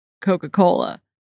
Coca-Cola